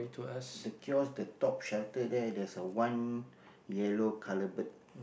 the kiosk the top shelter there there's a one yellow colour bird